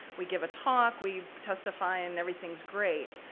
we give a talk, we testify and everything's great.